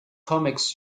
comics